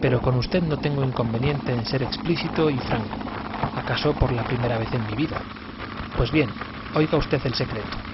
pero con usted no tengo inconveniente en ser explícito y franco acaso por la primera vez en mi vida pues bien oiga usted el secreto